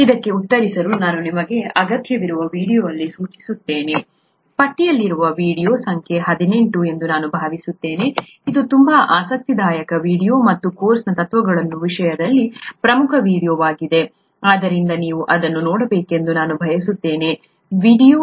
ಇದಕ್ಕೆ ಉತ್ತರಿಸಲು ನಾನು ನಿಮಗೆ ಅಗತ್ಯವಿರುವ ವೀಡಿಯೊವನ್ನು ಇಲ್ಲಿ ಸೂಚಿಸುತ್ತೇನೆ ಪಟ್ಟಿಯಲ್ಲಿರುವ ವೀಡಿಯೊ ಸಂಖ್ಯೆ 18 ಎಂದು ನಾನು ಭಾವಿಸುತ್ತೇನೆ ಇದು ತುಂಬಾ ಆಸಕ್ತಿದಾಯಕ ವೀಡಿಯೊ ಮತ್ತು ಕೋರ್ಸ್ನ ತತ್ವಗಳ ವಿಷಯದಲ್ಲಿ ಪ್ರಮುಖ ವೀಡಿಯೊವಾಗಿದೆ ಆದ್ದರಿಂದ ನೀವು ಅದನ್ನು ನೋಡಬೇಕೆಂದು ನಾನು ಬಯಸುತ್ತೇನೆ ವೀಡಿಯೊ